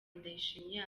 ndayishimiye